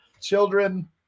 Children